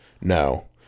No